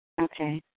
Okay